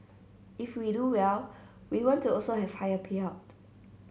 if we do well we want to also have higher payout